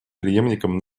преемником